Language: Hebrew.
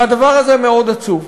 והדבר הזה מאוד עצוב.